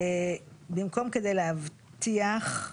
במקום "כדי להבטיח"